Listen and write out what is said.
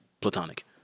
platonic